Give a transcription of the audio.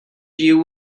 view